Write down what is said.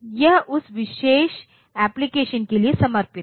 यह उस विशेष एप्लिकेशन के लिए समर्पित है